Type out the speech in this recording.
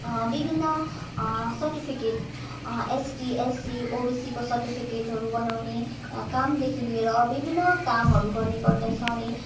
विभिन्न certificate ST SC ओबिसीको सर्टिफिकेटहरू बनाउने कामदेखि लिएर विभिन्न कामहरू गर्ने गर्दछ अनि